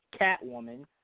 Catwoman